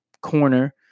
corner